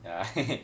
ya